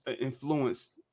Influenced